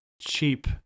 cheap